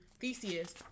Theseus